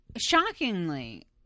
shockingly